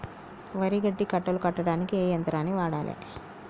వరి గడ్డి కట్టలు కట్టడానికి ఏ యంత్రాన్ని వాడాలే?